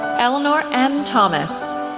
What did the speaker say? eleanor m. thomas,